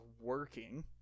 working